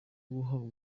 guhabwa